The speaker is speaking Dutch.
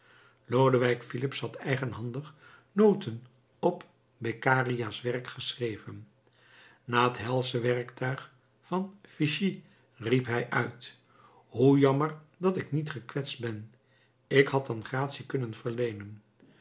lodewijk filips had eigenhandig noten op beccaria's werk geschreven na het helsche werktuig van fieschi riep hij uit hoe jammer dat ik niet gekwetst ben ik had dan gratie kunnen verleenen